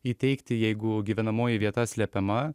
įteikti jeigu gyvenamoji vieta slepiama